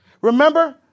Remember